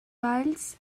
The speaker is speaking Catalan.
valls